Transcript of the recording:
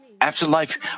afterlife